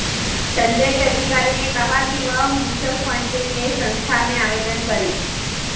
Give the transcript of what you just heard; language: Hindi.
संजय के अधिकारी ने कहा कि वह म्यूच्यूअल फंड के लिए संस्था में आवेदन करें